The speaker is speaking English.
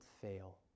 fail